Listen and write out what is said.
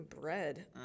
bread